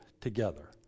together